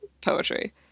poetry